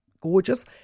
gorgeous